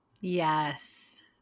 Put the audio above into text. Yes